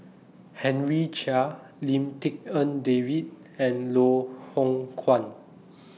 Henry Chia Lim Tik En David and Loh Hoong Kwan